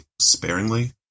sparingly